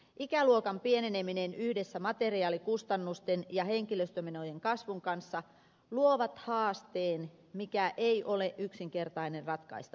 ikäluokan pieneneminen yhdessä materiaalikustannusten ja henkilöstömenojen kasvun kanssa luo haasteen mikä ei ole yksinkertainen ratkaistavaksi